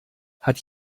hat